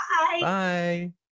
Bye